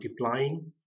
multiplying